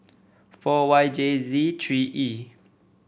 four Y J Z three E